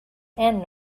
and